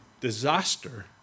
disaster